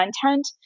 content